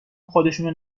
خودشونو